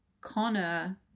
Connor